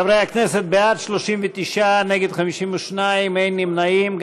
חברי הכנסת, בעד, 39, נגד, 52, אין נמנעים.